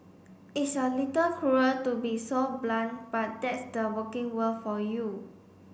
it's a little cruel to be so blunt but that's the working world for you